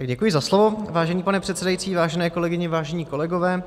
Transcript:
Děkuji za slovo, vážený pane předsedající, vážené kolegyně, vážení kolegové.